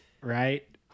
right